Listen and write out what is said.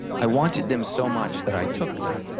i wanted them so much that i took them.